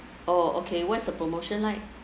orh okay what's the promotion like